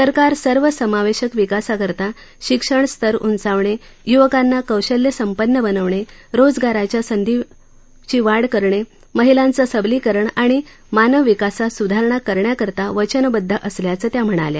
सरकार सर्व समावेशक विकासाकरता शिक्षण स्तर उंचावणे युवकांना कौशल्य संपन्न बनवणे रोजगाराच्या संधी वाढ करणे महिलांच सबलीकरण आणि मानवविकासात सुधारणा करण्याकरता वचनबद्ध असल्याचं त्या म्हणाल्या